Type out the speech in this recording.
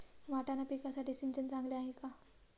वाटाणा पिकासाठी सिंचन चांगले आहे का?